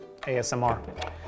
ASMR